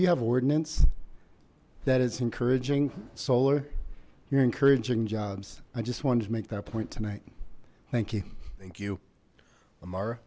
you have ordinance that is encouraging solar you're encouraging jobs i just wanted to make that point tonight thank you thank you amar